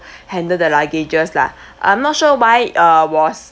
handle the luggages lah I'm not sure why uh was